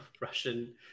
russian